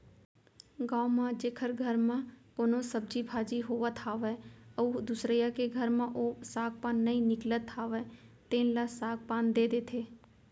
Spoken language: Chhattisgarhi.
गाँव म जेखर घर म कोनो सब्जी भाजी होवत हावय अउ दुसरइया के घर म ओ साग पान नइ निकलत हावय तेन ल साग पान दे देथे